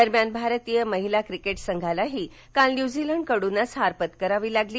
दरम्यान भारतीय महिला क्रिकेट संघालाही काल न्युझिलंडकडून हार पत्करावी लागली